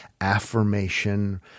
affirmation